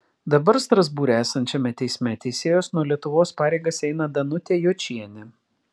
dabar strasbūre esančiame teisme teisėjos nuo lietuvos pareigas eina danutė jočienė